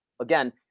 again